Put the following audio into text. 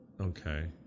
Okay